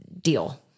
deal